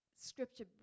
Scripture